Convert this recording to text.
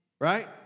right